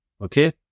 Okay